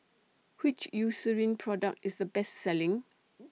Which Eucerin Product IS The Best Selling